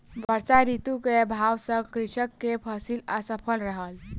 वर्षा ऋतू के अभाव सॅ कृषक के फसिल असफल रहल